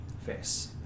face